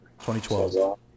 2012